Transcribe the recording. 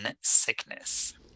sickness